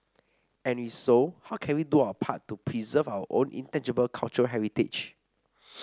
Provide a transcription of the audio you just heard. and if so how can we do our part to preserve our own intangible cultural heritage